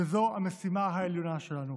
וזאת המשימה העליונה שלנו.